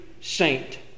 saint